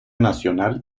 nacional